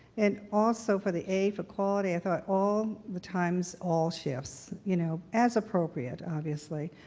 and also for the a, for quality, i thought all the times, all shifts. you know? as appropriate, obviously,